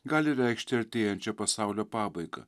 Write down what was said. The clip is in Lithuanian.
gali reikšti artėjančią pasaulio pabaigą